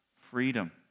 freedom